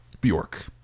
Bjork